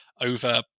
over